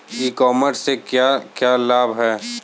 ई commerce से क्या क्या लाभ हैं?